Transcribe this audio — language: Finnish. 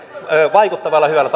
vaikuttavalla hyvällä